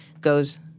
goes